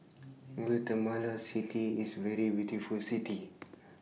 Guatemala City IS A very beautiful City